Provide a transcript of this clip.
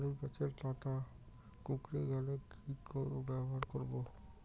আলুর গাছের পাতা কুকরে গেলে কি ব্যবহার করব?